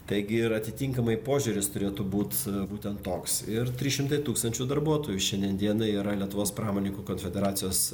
taigi ir atitinkamai požiūris turėtų būt būtent toks ir trys šimtai tūkstančių darbuotojų šiandien dienai yra lietuvos pramoninkų konfederacijos